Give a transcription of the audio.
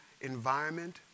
environment